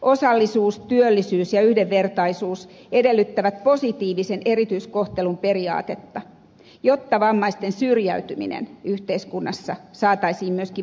osallisuus työllisyys ja yhdenvertaisuus edellyttävät positiivisen erityiskohtelun periaatetta jotta vammaisten syrjäytyminen yhteiskunnassa saataisiin myöskin vähenemään